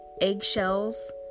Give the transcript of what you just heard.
Eggshells